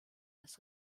als